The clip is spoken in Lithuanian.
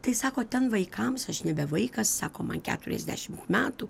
tai sako ten vaikams aš nebe vaikas sako man keturiadešimt metų